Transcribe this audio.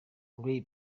ray